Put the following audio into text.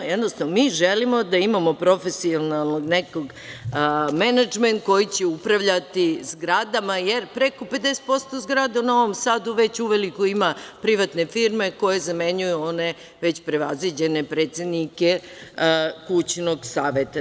Jednostavno, mi želimo da imamo profesionalnog nekog menadžera koji će upravljati zgradama, jer preko 50% zgrada u Novom Sadu već uveliko ima privatne firme koje zamenjuju one već prevaziđene predsednike kućnog saveta.